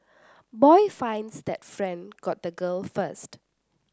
boy finds that friend got the girl first